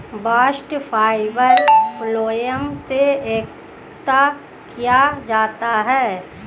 bast fibre phloem से एकत्र किया जाता है